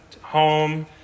home